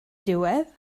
diwedd